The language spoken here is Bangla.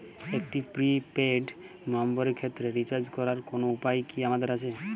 একটি প্রি পেইড নম্বরের ক্ষেত্রে রিচার্জ করার কোনো উপায় কি আমাদের আছে?